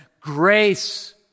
Grace